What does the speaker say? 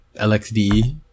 LXDE